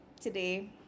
today